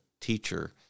teacher